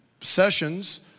sessions